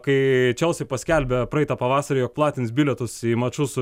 kai chelsea paskelbė praeitą pavasarį jog platins bilietus į mačus su